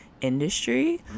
industry